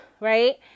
right